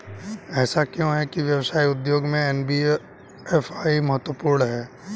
ऐसा क्यों है कि व्यवसाय उद्योग में एन.बी.एफ.आई महत्वपूर्ण है?